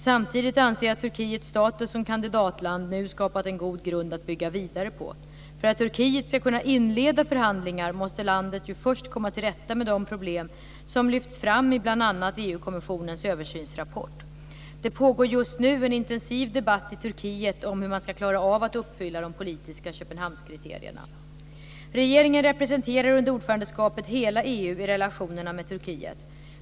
Samtidigt anser jag att Turkiets status som kandidatland skapat en god grund att bygga vidare på. För att Turkiet ska kunna inleda förhandlingar måste landet först komma till rätta med de problem som lyfts fram i bl.a. EU-kommissionens översynsrapport. Det pågår just nu en intensiv debatt i Turkiet om hur man ska klara av att uppfylla de politiska Köpenhamnskriterierna. Regeringen representerar under ordförandeskapet hela EU i relationerna med Turkiet.